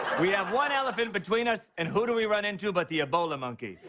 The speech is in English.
we have one elephant between us, and who do we run into but the ebola monkey.